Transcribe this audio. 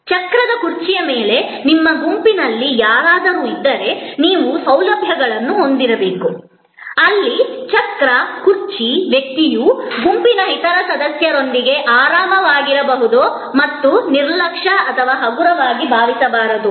ಚಕ್ರದ ಕುರ್ಚಿಯ ಮೇಲೆ ನಿಮ್ಮ ಗುಂಪಿನಲ್ಲಿ ಯಾರಾದರೂ ಇದ್ದರೆ ನೀವು ಸೌಲಭ್ಯಗಳನ್ನು ಹೊಂದಿರಬೇಕು ಅಲ್ಲಿ ಚಕ್ರ ಕುರ್ಚಿ ವ್ಯಕ್ತಿಯು ಗುಂಪಿನ ಇತರ ಸದಸ್ಯರೊಂದಿಗೆ ಆರಾಮವಾಗಿರಬಹುದು ಮತ್ತು ನಿರ್ಲಕ್ಷ್ಯ ಅಥವಾ ಹಗುರವಾಗಿ ಭಾವಿಸಬಾರದು